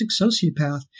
sociopath